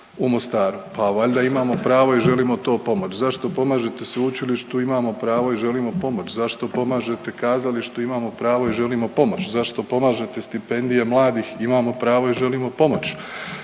u Mostaru. Pa valjda imamo pravo i želimo to pomoći. Zašto pomažete sveučilište, tu imamo pravo i želimo pomoći. Zašto pomažete kazalištu, imamo pravo i želimo pomoć. Zašto pomažete stipendije mladih, imamo pravo i želimo pomoći.